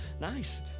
Nice